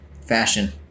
fashion